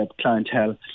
clientele